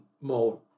more